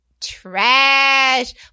trash